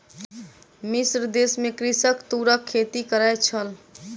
मिस्र देश में कृषक तूरक खेती करै छल